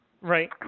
Right